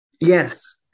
yes